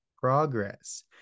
progress